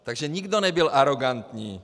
Takže nikdo nebyl arogantní.